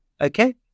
okay